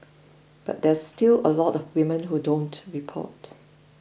but there's still a lot of women who don't report